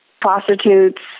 prostitutes